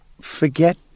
forget